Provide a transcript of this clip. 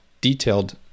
detailed